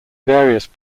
various